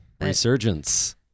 resurgence